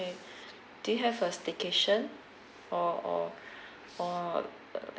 K do you have a staycation or or or the